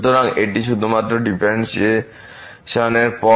সুতরাং এটি শুধুমাত্র ডিফারেন্শিয়েশন এর পর